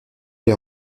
les